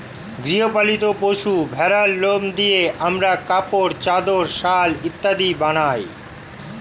গৃহ পালিত পশু ভেড়ার লোম দিয়ে আমরা কাপড়, চাদর, শাল ইত্যাদি বানাই